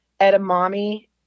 edamame